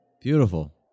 Beautiful